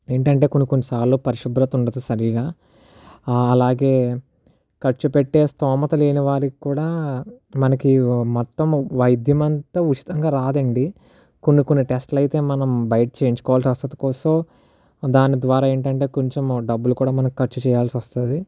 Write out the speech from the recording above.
ఏంటంటే కొన్ని కొన్నిసార్లు పరిశుభ్రత ఉండదు సరిగ్గా అలాగే ఖర్చు పెట్టే స్తోమత లేని వారిక్కూడా మనకి మొత్తము వైద్యమంతా ఉచితంగా రాదండి కొన్ని కొన్నిటెస్ట్ లైతే మనం బయట చేయించుకోవాల్సి వస్తుంది సో దాని ద్వారా ఏంటంటే కొంచం డబ్బులు కూడా మనం ఖర్చు చెయ్యాల్సి వస్తుంది